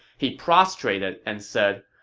he prostrated and said,